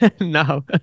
No